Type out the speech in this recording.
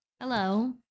Hello